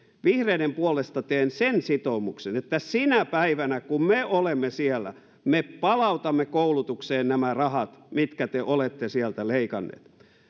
vihreiden puolesta teen sen sitoumuksen että sinä päivänä kun me olemme siellä me palautamme koulutukseen nämä rahat mitkä te olette sieltä leikanneet